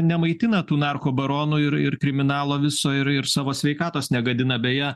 nemaitina tų narko baronų ir ir kriminalo viso ir ir savo sveikatos negadina beje